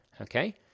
okay